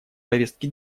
повестки